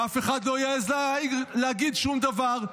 אף אחד לא יעז להגיד שום דבר,